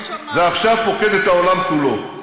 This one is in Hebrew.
ועכשיו פוקד את העולם כולו.